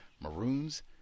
Maroons